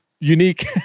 unique